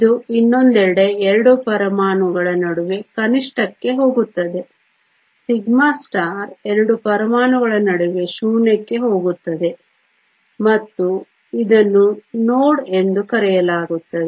ಇದು ಇನ್ನೊಂದೆಡೆ 2 ಪರಮಾಣುಗಳ ನಡುವೆ ಕನಿಷ್ಠಕ್ಕೆ ಹೋಗುತ್ತದೆ σ 2 ಪರಮಾಣುಗಳ ನಡುವೆ ಶೂನ್ಯಕ್ಕೆ ಹೋಗುತ್ತದೆ ಮತ್ತು ಇದನ್ನು ನೋಡ್ ಎಂದು ಕರೆಯಲಾಗುತ್ತದೆ